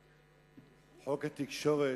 חוק התקשורת,